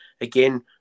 again